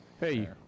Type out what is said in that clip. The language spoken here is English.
Hey